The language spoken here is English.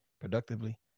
productively